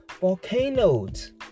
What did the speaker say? volcanoes